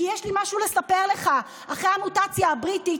כי יש לי משהו לספר לך: אחרי המוטציה הבריטית